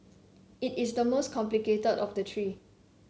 it is the most complicated of the three